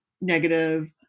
negative